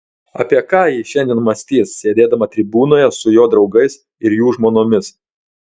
apie ką ji šiandien mąstys sėdėdama tribūnoje su jo draugais ir jų žmonomis